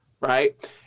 Right